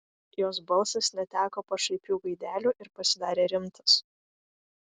jos balsas neteko pašaipių gaidelių ir pasidarė rimtas